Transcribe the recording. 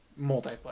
multiplayer